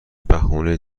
بهونه